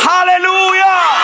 Hallelujah